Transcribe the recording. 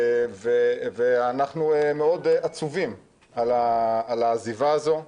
ואנחנו מאוד עצובים על העזיבה הזאת.